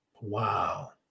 Wow